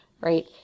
Right